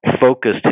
focused